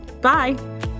Bye